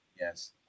yes